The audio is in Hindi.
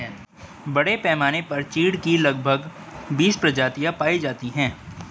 बड़े पैमाने पर चीढ की लगभग बीस प्रजातियां पाई जाती है